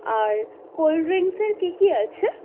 আর cold ড্রিংকসের কী কী আছে